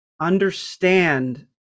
understand